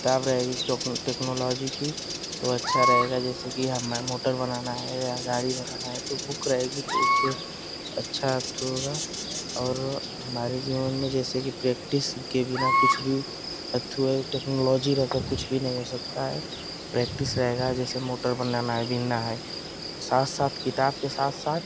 किताब रहेगी टोक टेकनोलोजी की तो अच्छा रहेगा जैसे कि हमें मोटर बनाना है या गाड़ी बनाना है तो बुक रहेगी तो उससे अच्छा अथ्थु होगा और हमारे जीवन में जैसे कि प्रैक्टिस के बिना कुछ भी अथ्थु है टेकनोलोजी रहकर कुछ भी नहीं हो सकता है प्रैक्टिस रहेगा जैसे मोटर बनना है बिनना है त साथ साथ किताब के साथ साथ